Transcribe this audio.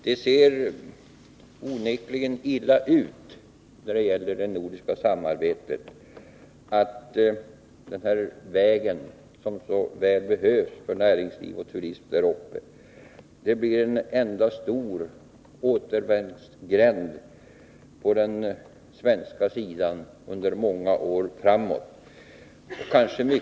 Det ser onekligen illa ut då det gäller det nordiska samarbetet, att den här vägen, som så väl behövs för näringsliv och turism där uppe, blir en enda stor återvändsgränd under många år framåt, när man kör från den svenska sidan.